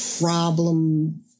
problem